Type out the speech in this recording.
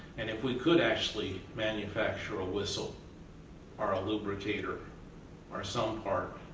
and if we could actually manufacture a whistle or a lubricator or some part.